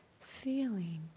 feeling